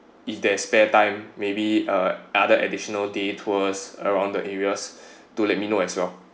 if there is spare time maybe uh other additional day tours around the areas do let me know as well